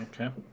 Okay